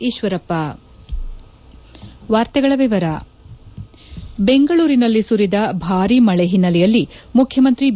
ಈಶ್ವರಪ್ಪ ಬೆಂಗಳೂರಿನಲ್ಲಿ ಸುರಿದ ಭಾರೀ ಮಳೆ ಹಿನ್ನೆಲೆಯಲ್ಲಿ ಮುಖ್ಯಮಂತ್ರಿ ಬಿ